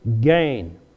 gain